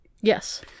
Yes